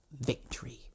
victory